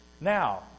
Now